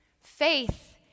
Faith